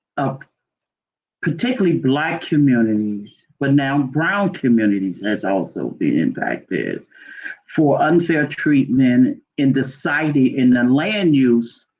of particularly black communities, but now brown communities and has also been impacted for unfair treatment, in deciding in the land use,